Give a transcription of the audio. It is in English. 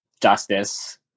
justice